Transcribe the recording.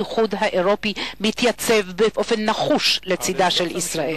האיחוד האירופי יתייצב באופן נחוש לצדה של ישראל.